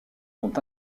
sont